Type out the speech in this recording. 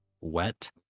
Wet